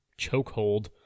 chokehold